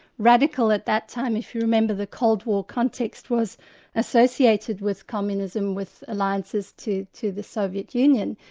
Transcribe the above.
radical at that time if you remember the cold war context was associated with communism, with alliances to to the soviet union,